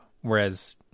whereas